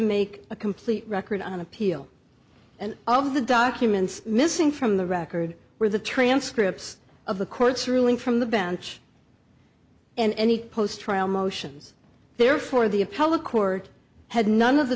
make a complete record on appeal and all of the documents missing from the record where the transcript of the court's ruling from the bench in any post trial motions therefore the appellate court had none of the